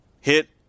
hit